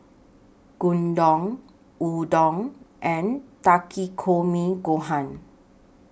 Gyudon Udon and Takikomi Gohan